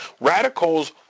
Radicals